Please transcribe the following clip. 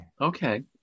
Okay